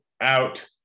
out